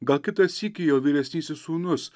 gal kitą sykį jo vyresnysis sūnus